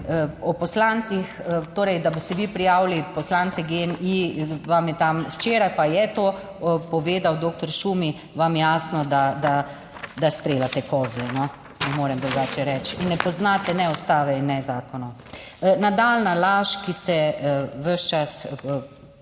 o poslancih, torej, da boste vi prijavili poslance GEN-I vam je tam, včeraj pa je to povedal doktor Šumi, vam je jasno, da streljate kozle? No. Ne morem drugače reči in ne poznate ne Ustave in ne zakonov. Nadaljnja laž, ki se ves čas ponavlja,